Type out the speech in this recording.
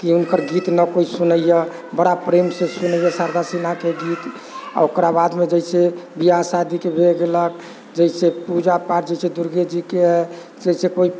कि हुनकर गीत नहि कोइ सुनैए बड़ा प्रेमसँ सुनैए शारदा सिन्हाके गीत आओर ओकरा बादमे जइसे बिआह शादीके भऽ गेलक जइसे पूजा पाठ जइसे दुर्गेजीके हइ जइसे कोइ